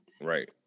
Right